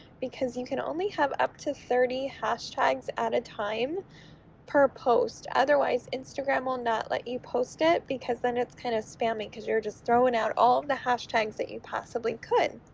because you can only have up to thirty hashtags at a time per post, otherwise instagram will not let you post it because then it's kinda kind of spammy cause you're just throwin out all of the hashtags that you possibly could.